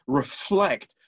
reflect